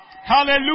Hallelujah